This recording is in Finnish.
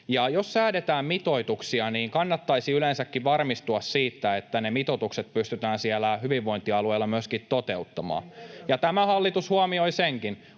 jos säädetään mitoituksia, niin kannattaisi yleensäkin varmistua siitä, että ne mitoitukset pystytään siellä hyvinvointialueella myöskin toteuttamaan. [Tuomas Kettusen